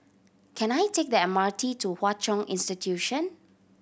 can I take the M R T to Hwa Chong Institution